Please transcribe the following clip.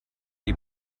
die